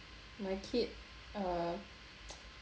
my kid uh